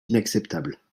inacceptable